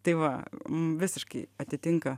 tai va visiškai atitinka